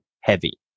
heavy